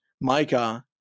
Micah